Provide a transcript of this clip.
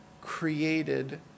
created